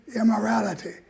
immorality